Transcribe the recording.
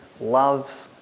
loves